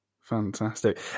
fantastic